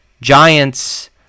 Giants